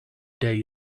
day